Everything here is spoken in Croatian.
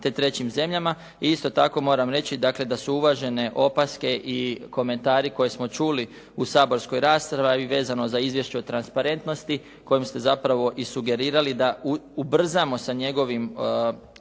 te trećim zemljama i isto tako moram reći da su uvažene opaske i komentari koje smo čuli u saborskoj raspravi vezano za izvješće o transparentnosti kojom se zapravo i sugerirali da ubrzamo sa njegovim